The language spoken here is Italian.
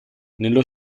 nello